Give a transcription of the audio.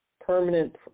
permanent